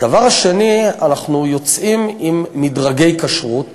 2. אנחנו יוצאים עם מדרגי כשרות